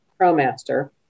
ProMaster